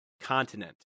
continent